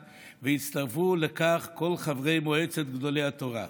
והצטרפו לכך כל חברי מועצת גדולי התורה.